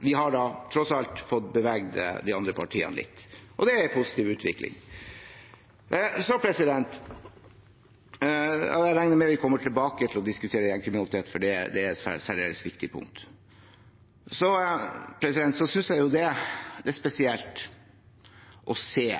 vi har tross alt klart å bevege de andre partiene litt. Det er en positiv utvikling. Jeg regner med at vi kommer tilbake til å diskutere gjengkriminalitet, for det er et særdeles viktig punkt. Jeg synes det er spesielt å se